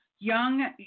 Young